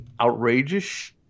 outrageous